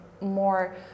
more